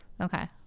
Okay